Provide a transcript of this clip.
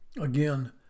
Again